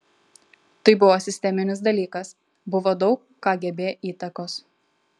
tai buvo sisteminis dalykas buvo daug kgb įtakos